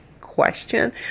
question